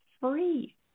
free